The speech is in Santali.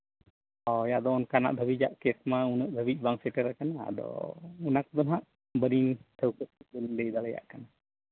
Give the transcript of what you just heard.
ᱦᱳᱭ ᱟᱫᱚ ᱚᱱᱠᱟ ᱱᱤᱛ ᱫᱷᱟᱹᱵᱤᱡᱟᱜ ᱠᱮᱹᱥ ᱢᱟ ᱱᱤᱛ ᱫᱷᱟᱹᱵᱤᱡᱽ ᱵᱟᱝ ᱥᱮᱴᱮᱨᱟᱠᱟᱱᱟ ᱛᱚ ᱚᱱᱟ ᱠᱚᱫᱚ ᱱᱟᱜᱫ ᱵᱟᱹᱞᱤᱧ ᱴᱷᱟᱹᱣᱠᱟᱹ ᱞᱟᱹᱭ ᱫᱟᱲᱮᱭᱟᱜ ᱠᱟᱱᱟ